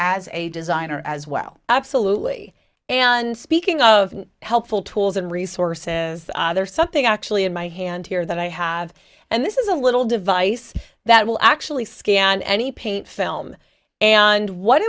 as a designer as well absolutely and speaking of helpful tools and resources there's something actually in my hand here that i have and this is a little device that will actually scan any paint film and what